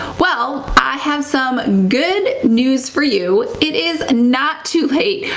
well, i have some good news for you. it is not too late.